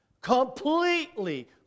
completely